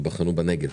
ייבחנו בנגב.